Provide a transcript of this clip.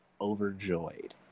overjoyed